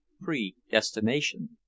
predestination